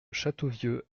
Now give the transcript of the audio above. châteauvieux